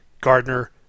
Gardner